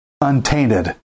untainted